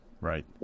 Right